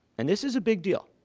and this is a big deal,